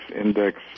index